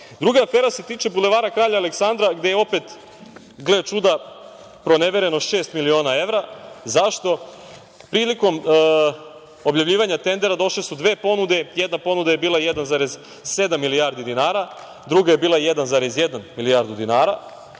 vlast. Druga afera se tiče Bulevara kralja Aleksandra, gde je opet, gle čuda, pronevereno šest miliona evra. Zašto? Prilikom objavljivanja tendera došle su dve ponude. Jedna ponuda je bila 1,7 milijardi dinara, druga je bila 1,1 milijarda dinara